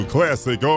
Classic